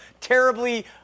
terribly